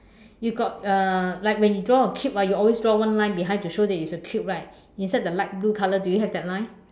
you got uh like when you draw a cube ah you always draw one line behind to show that it's a cube right inside the light blue color do you have that line